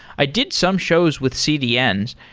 i did some shows with cdn,